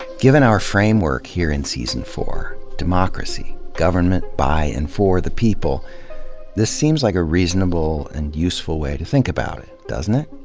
given our framework here in season four democracy, government by and for the people this seems like a reasonable and useful way to think about it, doesn't it?